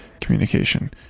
communication